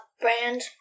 Brand